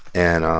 and